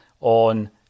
On